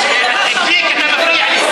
יש, גליק, אתה מפריע לי.